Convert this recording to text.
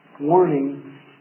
Warning